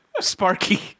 Sparky